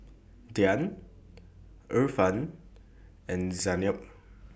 Dian Irfan and Zaynab